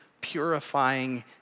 purifying